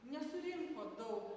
nesurinko daug